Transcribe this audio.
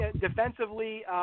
Defensively